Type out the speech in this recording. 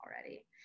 already